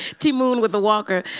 ti moune with a walker.